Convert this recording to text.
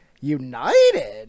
United